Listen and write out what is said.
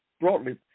broadly